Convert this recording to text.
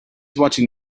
watching